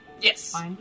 Yes